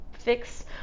fix